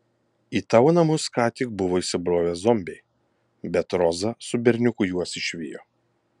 į tavo namus ką tik buvo įsibrovę zombiai bet roza su berniuku juos išvijo